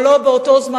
באותו זמן,